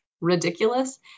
ridiculous